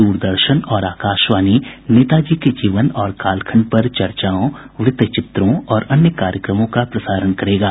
द्रदर्शन और आकाशवाणी नेताजी के जीवन और कालखंड पर चर्चाओं वृत्तचित्रों और अन्य कार्यक्रमों का प्रसारण करेंगे